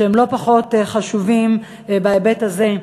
שהם לא פחות חשובים בהיבט הזה.